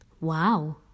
Wow